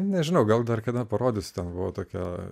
nežinau gal dar kada parodys ten buvo tokia